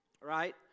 right